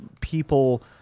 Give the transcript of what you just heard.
people